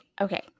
Okay